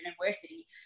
university